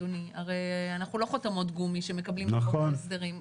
הרי אנחנו לא חותמות גומי שמקבלים את חוק ההסדרים --- נכון.